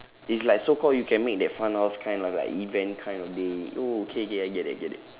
it's like so called you can make that fun house kind of like event kind of day oh okay okay I get it I get it